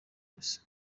gusa